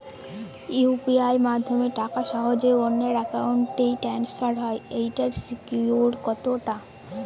UPI মাধ্যমে টাকা সহজেই অন্যের অ্যাকাউন্ট ই ট্রান্সফার হয় এইটার সিকিউর কত টা?